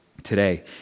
today